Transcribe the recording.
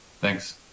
Thanks